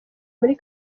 muri